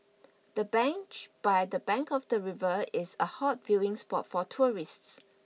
the bench by the bank of the river is a hot viewing spot for tourists